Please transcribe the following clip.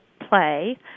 play